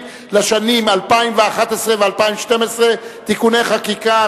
לשנים 2011 ו-2012 (תיקוני חקיקה),